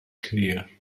career